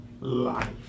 life